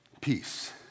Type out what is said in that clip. Peace